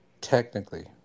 Technically